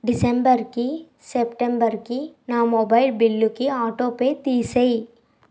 డిసెంబర్కి సెప్టెంబర్కి నా మొబైల్ బిల్లుకి ఆటోపే తీసేయి